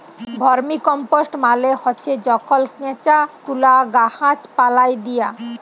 vermicompost মালে হছে যখল কেঁচা গুলা গাহাচ পালায় দিয়া